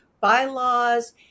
bylaws